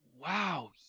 Wow